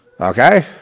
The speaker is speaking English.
Okay